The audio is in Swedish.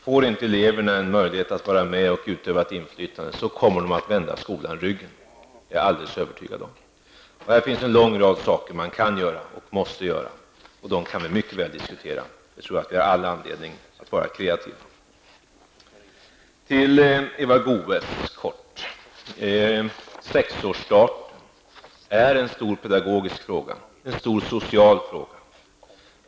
Får eleverna inte en möjlighet att vara med och utöva inflytande, kommer de att vända skolan ryggen. Det är jag alldeles övertygad om. Här finns en lång rad saker som man kan och måste göra. Dem kan vi mycket väl diskutera. Vi har all anledning att vara kreativa. Helt kort till Eva Goe s. 6-årsstart är en stor pedagogisk fråga och en stor social fråga.